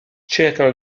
cercano